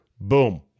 Boom